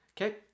Okay